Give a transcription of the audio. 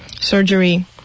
surgery